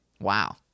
Wow